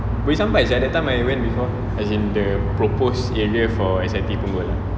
boleh sampai sia that time I went before as in the proposed area for S_I_T punggol